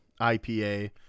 IPA